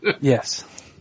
Yes